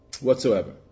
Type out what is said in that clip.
whatsoever